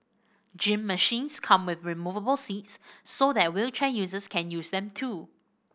gym machines come with removable seats so that wheelchair users can use them too